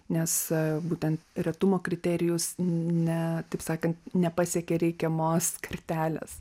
nes būtent retumo kriterijus ne taip sakant nepasiekė reikiamos kartelės pelės